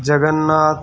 Jagannath